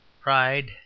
pride